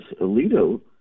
Alito